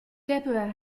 deborah